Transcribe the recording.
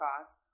cost